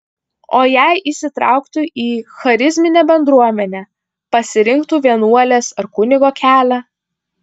o jei įsitrauktų į charizminę bendruomenę pasirinktų vienuolės ar kunigo kelią